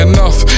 Enough